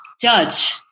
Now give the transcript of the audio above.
judge